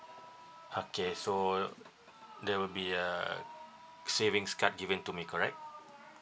okay so there will be a savings card given to me correct